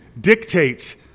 dictates